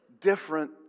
different